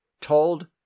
told